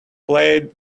played